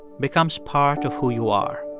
becomes part of who you are.